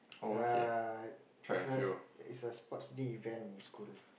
err it's a it's a sports day event in school